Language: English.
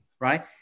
right